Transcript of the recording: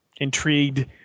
intrigued